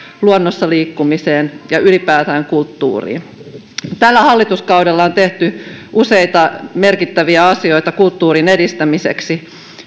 luonnossa liikkumiseen ja ylipäätään kulttuuriin tällä hallituskaudella on tehty useita merkittäviä asioita kulttuurin edistämiseksi